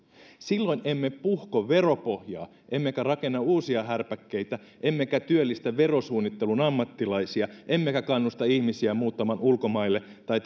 silloin emme puhko veropohjaa emmekä rakenna uusia härpäkkeitä emmekä työllistä verosuunnittelun ammattilaisia emmekä kannusta ihmisiä muuttamaan ulkomaille tai